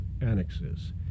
annexes